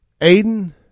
Aiden